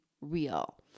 real